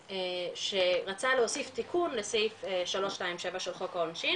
שרצה להוסיף תיקון לסעיף 323 לחוק העושין